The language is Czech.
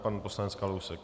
Pan poslanec Kalousek.